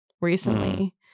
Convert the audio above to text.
recently